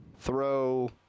throw